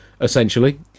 essentially